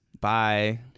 bye